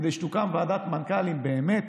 כדי שתוקם ועדת מנכ"לים שבאמת